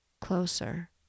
closer